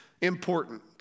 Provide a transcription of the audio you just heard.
important